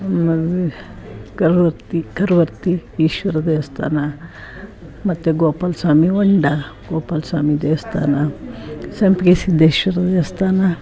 ಆಮೇಲೆ ಕರವತ್ತಿ ಕರವತ್ತಿ ಈಶ್ವರ ದೇವಸ್ಥಾನ ಮತ್ತು ಗೋಪಾಲ ಸ್ವಾಮಿ ಹೊಂಡ ಗೋಪಾಲ ಸ್ವಾಮಿ ದೇವಸ್ಥಾನ ಸಂಪಿಗೆ ಸಿದ್ಧೇಶ್ವರ ದೇವಸ್ಥಾನ